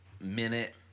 minute